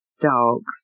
dogs